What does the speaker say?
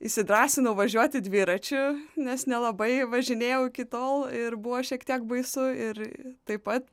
įsidrąsinau važiuoti dviračiu nes nelabai važinėjau iki tol ir buvo šiek tiek baisu ir taip pat